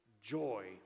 joy